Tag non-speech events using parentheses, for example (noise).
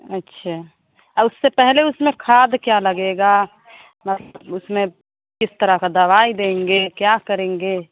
अच्छा और उससे पहले उसमें खाद क्या लगेगा (unintelligible) उसमें किस तरह का दवाई देंगे क्या करेंगे